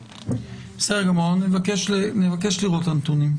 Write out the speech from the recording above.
בסדר גמור, אני מבקש לראות את הנתונים.